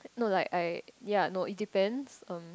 no like I ya no it depends um